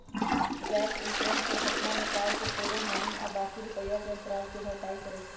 gap insurance से घटना में कार के पूरे हानि आ बाँकी रुपैया के अंतराल के भरपाई करइ छै